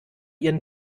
ihren